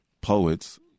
poets